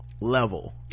level